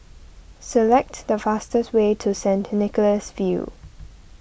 select the fastest way to Saint Nicholas View